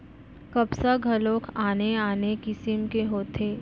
कपसा घलोक आने आने किसिम के होथे